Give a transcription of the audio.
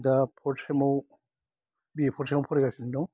दा फार्स्त सेमआव बि ए फार्स्त सेमआव फरायगासिनो दं